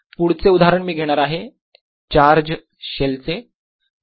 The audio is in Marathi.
120V02d2 पुढचे उदाहरण मी घेणार आहे चार्ज शेल चे ज्याच्यावर चार्ज आहे Q